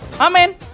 Amen